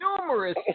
Numerous